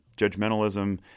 judgmentalism